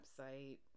website